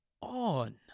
on